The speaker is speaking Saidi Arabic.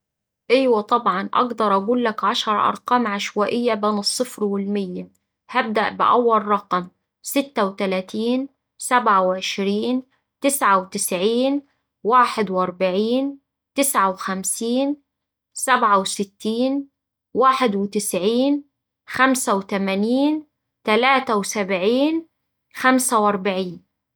إيوا طبعا أقدر أقولك عشر أرقام عشوائية بين الصفر والمية هبدأ بأول رقم ستة وتلاتين سبعة وعشرين تسعة وتسعين واحد وأربعين تسعة وخمسين سبعة وستين واحد وتسعين خمسة وتمانين تلاتة وسبعين خمسة وأربعين.